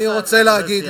אני רוצה להגיד,